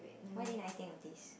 why didn't I think of this